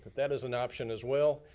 that as an option as well.